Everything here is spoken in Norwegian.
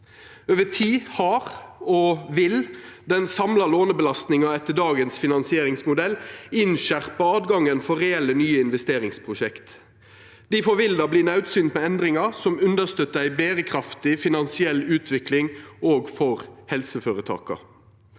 Over tid har og vil den samla lånebelastninga etter dagens finansieringsmodell, skjerpa inn tilgangen for reelle, nye investeringsprosjekt. Difor vil det verta naudsynt med endringar som understøttar ei berekraftig finansiell utvikling òg for helseføretaka.